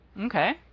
Okay